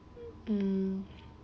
um